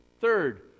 Third